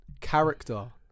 character